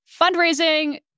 Fundraising